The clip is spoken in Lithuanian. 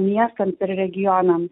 miestams regionams